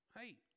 hey